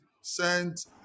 sent